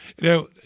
Now